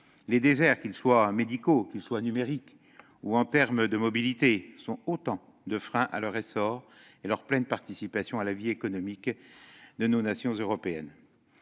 les déserts, qu'ils soient médicaux, numériques ou qu'ils concernent les mobilités, sont autant de freins à leur essor et leur pleine participation à la vie économique de nos nations européennes.